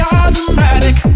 automatic